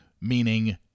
Meaning